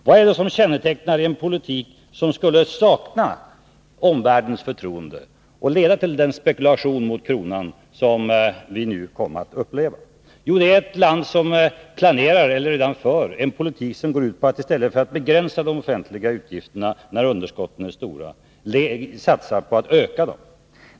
Vad är det som kännetecknar en politik som skulle sakna omvärldens förtroende och leda till den spekulation mot kronan som vi nu kom att uppleva? Jo, det är ett land som planerar eller redan för en politik som går ut på att i stället för att begränsa de offentliga utgifterna, när underskotten är stora, satsa på att öka dem.